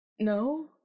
No